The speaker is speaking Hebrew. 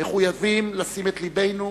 מחויבים לשים את לבנו